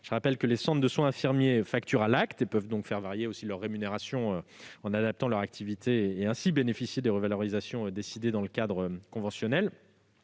Je rappelle que les centres de soins infirmiers facturent à l'acte : ils peuvent donc faire varier leur rémunération en adaptant leur activité et ainsi bénéficier des revalorisations décidées dans le cadre conventionnel.